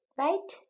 right